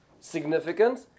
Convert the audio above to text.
significant